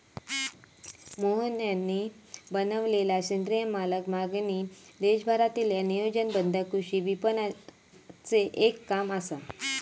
मोहन यांनी बनवलेलला सेंद्रिय मालाक मागणी देशभरातील्या नियोजनबद्ध कृषी विपणनाचे एक काम असा